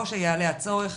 או שיעלה הצורך,